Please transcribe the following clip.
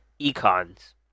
Econs